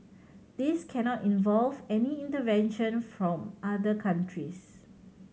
this cannot involve any intervention from other countries